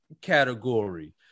category